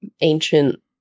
ancient